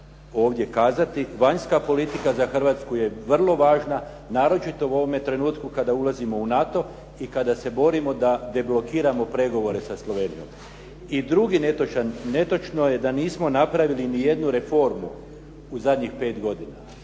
ovdje kazati, vanjska politika za Hrvatsku je vrlo važna naročito u ovome trenutku kada ulazimo u NATO i kada se borimo da deblokiramo pregovore sa Slovenijom. I drugi netočan, netočno je da nismo napravili ni jednu reformu u zadnjih pet godina.